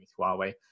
Huawei